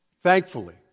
Thankfully